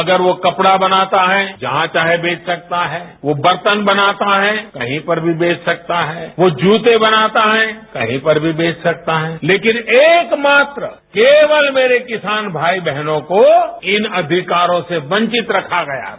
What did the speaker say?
अगर वो कपड़ा बनाता है जहां चाहे बेच सकता है वो बर्तन बनाता है कहीं पर भी बेच सकता है वो जूते बनाता है कहीं पर भी बेच सकता है लेकिन एकमात्र केवल मेरे किसान भाई बहनों को इन अधिकारों से वंचित रखा गया है